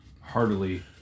heartily